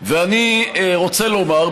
אני רוצה לומר,